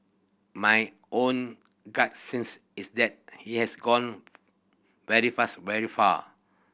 my own gut sense is that it has gone very fast very far